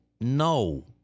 No